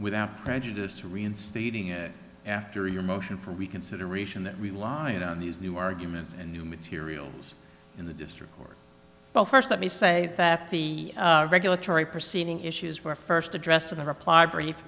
without prejudice to reinstating it after your motion for reconsideration that relied on these new arguments and new materials in the district court but first let me say that the regulatory proceeding issues were first address to the reply brief